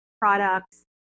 products